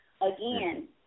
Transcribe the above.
again